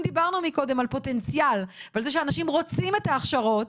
אם דיברנו מקודם על פוטנציאל ועל זה שאנשים רוצים את ההכשרות,